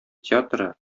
театры